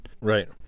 right